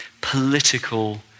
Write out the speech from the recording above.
political